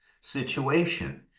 situation